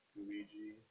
Luigi